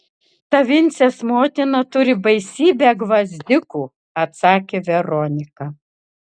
ta vincės motina turi baisybę gvazdikų atsakė veronika